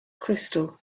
crystal